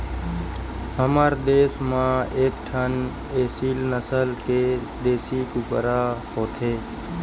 हमर देस म एकठन एसील नसल के देसी कुकरा होथे